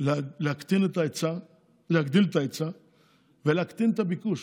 להגדיל את ההיצע ולהקטין את הביקוש.